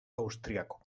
austríaco